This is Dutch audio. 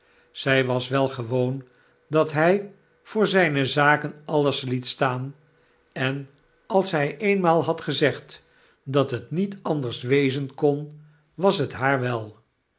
zy was wel gewoon dat hy voor zyne zaken alles liet staan en als hy eenmaal had gezegd dat het niet anders wezen kon was het haar wel